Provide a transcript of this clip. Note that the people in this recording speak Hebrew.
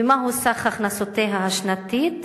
מהו סך הכנסותיה השנתיות?